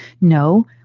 No